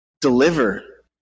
deliver